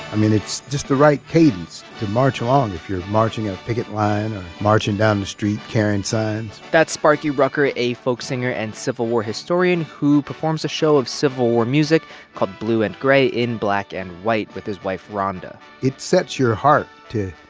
i mean, it's just the right cadence to march along if you're marching a picket line or marching down the street, carrying signs that's sparky rucker, a folk singer and civil war historian who performs a show of civil war music called blue and gray in black and white with his wife rhonda it sets your heart to